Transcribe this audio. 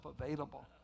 available